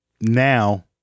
now